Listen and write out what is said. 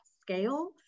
scale